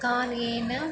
कार्येण